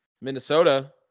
Minnesota